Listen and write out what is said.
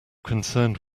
concerned